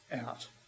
Out